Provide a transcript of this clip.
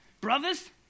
Brothers